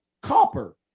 Copper